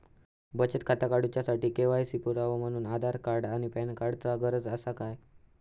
बचत खाता काडुच्या साठी के.वाय.सी पुरावो म्हणून आधार आणि पॅन कार्ड चा गरज आसा काय?